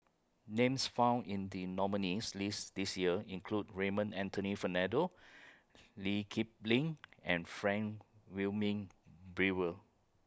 Names found in The nominees' list This Year include Raymond Anthony Fernando Lee Kip Lin and Frank Wilmin Brewer